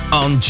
on